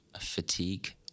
fatigue